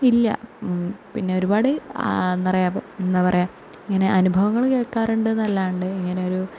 ഇല്ല പിന്നെ ഒരുപാട് എന്താണ് പറയുക എന്താണ് പറയുക ഇങ്ങനെ അനുഭവങ്ങൾ കേൾക്കാറുണ്ടെന്ന് അല്ലാതെ ഇങ്ങനെ ഒരു